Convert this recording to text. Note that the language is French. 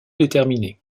déterminés